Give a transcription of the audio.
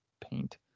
paint